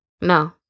No